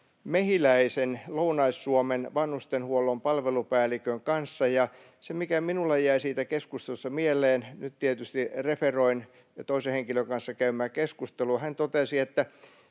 Mehiläisen Lounais-Suomen vanhustenhuollon palvelupäällikön kanssa, ja se, mikä minulle jäi siitä keskustelusta mieleen — nyt tietysti referoin toisen henkilön kanssa käymääni keskustelua — oli, että